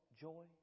joy